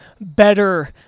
better